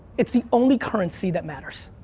it's the only currency that matters.